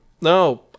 No